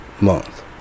month